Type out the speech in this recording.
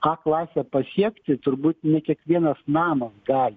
a klasę pasiekti turbūt ne kiekvienas namas gali